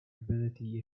ability